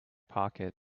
pocket